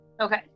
Okay